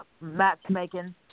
matchmaking